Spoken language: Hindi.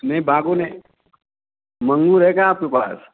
नहीं बागो नहीं मंगु है क्या आपके पास